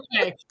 okay